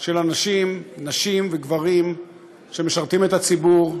של אנשים, נשים וגברים שמשרתים את הציבור,